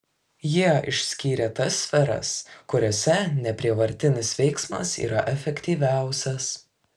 jie išskyrė tas sferas kuriose neprievartinis veiksmas yra efektyviausias